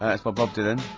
ah it's by bob dylan,